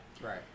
Right